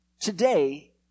Today